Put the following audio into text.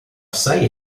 assai